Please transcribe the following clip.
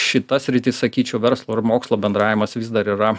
šita sritis sakyčiau verslo ir mokslo bendravimas vis dar yra